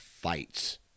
fights